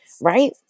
right